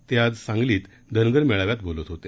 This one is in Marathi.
ते आज सांगलीत धनगर मेळाव्यात बोलत होते